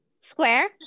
square